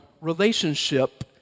relationship